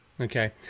Okay